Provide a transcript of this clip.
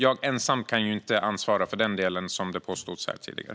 Jag ensam kan inte ansvara för den delen, vilket påstods här tidigare.